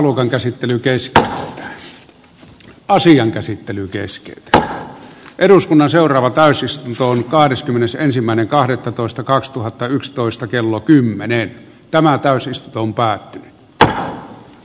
pääluokan ja asian käsittely keski ja eduskunnan seuraava täysistuntoon kahdeskymmenesensimmäinen kahdettatoista kaksituhattayksitoista kello kymmenen että mä täysistumpää tyttö keskeytetään